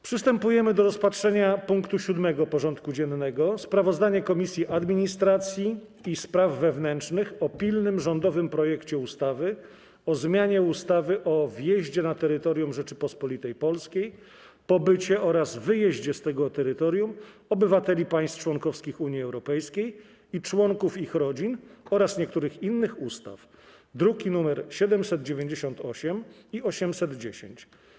Przystępujemy do rozpatrzenia punktu 7. porządku dziennego: Sprawozdanie Komisji Administracji i Spraw Wewnętrznych o pilnym rządowym projekcie ustawy o zmianie ustawy o wjeździe na terytorium Rzeczypospolitej Polskiej, pobycie oraz wyjeździe z tego terytorium obywateli państw członkowskich Unii Europejskiej i członków ich rodzin oraz niektórych innych ustaw (druki nr 798 i 810)